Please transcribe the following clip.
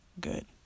good